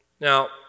Now